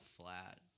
flat